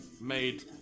made